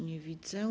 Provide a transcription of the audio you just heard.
Nie widzę.